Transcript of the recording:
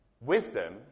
Wisdom